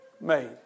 made